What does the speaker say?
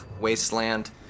wasteland